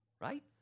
right